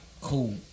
cool